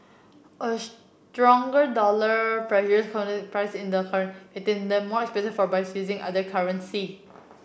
a stronger dollar pressures priced in the making them more expensive for buyers using other currencies